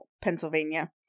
Pennsylvania